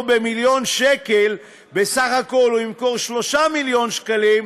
במיליון שקל ובסך הכול הוא ימכור ב-3 מיליון שקלים,